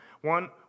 One